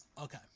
Okay